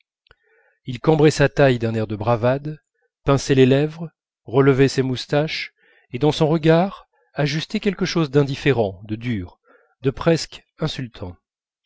il cambrait sa taille d'un air de bravade pinçait les lèvres relevait ses moustaches et dans son regard ajustait quelque chose d'indifférent de dur de presque insultant